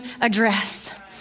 address